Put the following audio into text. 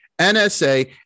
NSA